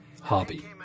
hobby